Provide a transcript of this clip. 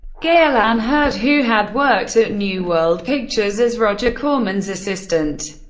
gale anne hurd, who had worked at new world pictures as roger corman's assistant,